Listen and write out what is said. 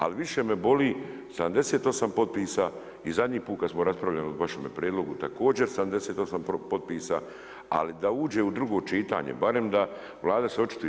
Ali više me boli 78 potpisa i zadnji put kad smo raspravljali o vašemu prijedlogu, također 78 potpisa ali da uđe u drugo čitanje, barem da Vlada se očituje.